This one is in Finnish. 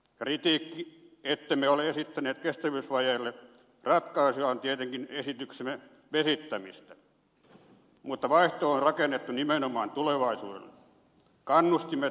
kritiikki ettemme ole esittäneet kestävyysvajeeseen ratkaisuja on tietenkin esityksemme vesittämistä mutta vaihtoehto on rakennettu nimenomaan tulevaisuutta ajatellen